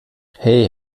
hey